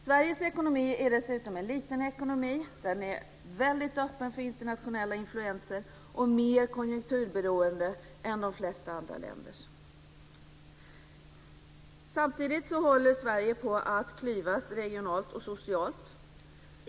Sveriges ekonomi är dessutom en liten ekonomi. Den är väldigt öppen för internationella influenser och mer konjunkturberoende än de flesta andra länders. Samtidigt håller Sverige på att klyvas regionalt och socialt.